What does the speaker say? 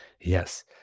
Yes